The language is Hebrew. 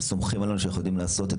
אתם סומכים עלינו שאנחנו יודעים לעשות את